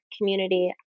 community